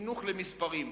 חינוך למספרים.